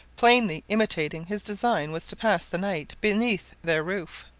plainly intimating his design was to pass the night beneath their roof,